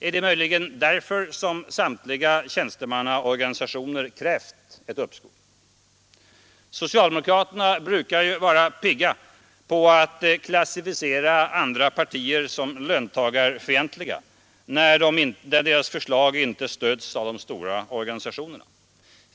Är det möjligen därför samtliga tjänstemannaorganisationer krävt ett uppskov? Socialdemokraterna brukar ju vara pigga på att klassificera andra partier som löntagarfientliga, när deras förslag inte stöds av de stora organisationerna.